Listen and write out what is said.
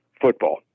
football